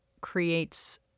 creates